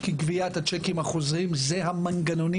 כי גביית הצ'קים החוזרים זה המנגנונים